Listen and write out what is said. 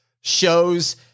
shows